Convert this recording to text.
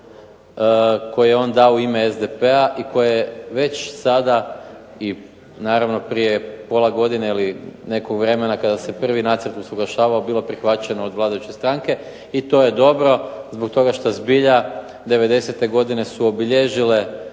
koji je on dao u ime SDP-a i koje je već sada i naravno prije pola godine ili nekog vremena kada se prvi nacrt usuglašavao bilo prihvaćeno od vladajuće stranke i to je dobro zbog toga što zbilja '90.-te godine su obilježile,